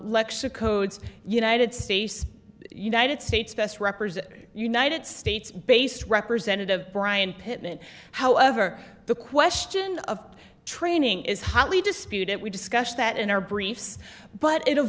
lexa codes united states united states best represent united states based representative brian pitman however the question of training is hotly disputed we discussed that in our briefs but it